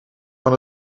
van